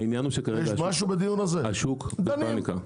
העניין הוא שכרגע השוק בפאניקה.